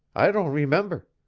i don' remember.